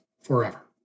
forever